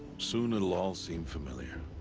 soon it'll all seem familiar.